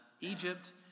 Egypt